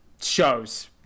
shows